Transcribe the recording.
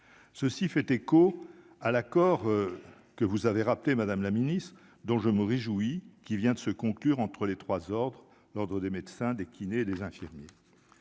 ceci fait écho à l'accord que vous avez rappelé : Madame la Ministre, dont je me réjouis, qui vient de se conclure entre les 3 ordres, l'Ordre des médecins, des kinés, des infirmiers